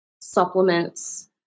supplements